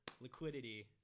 liquidity